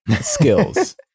skills